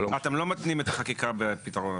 אני מבין שאתם לא מתנים את החקיקה בפתרון.